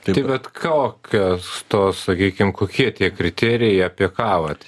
tai bet kokios tos sakykim kokie tie kriterijai apie ką vat